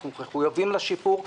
אנחנו מחויבים לשיפור.